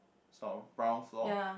so brown floor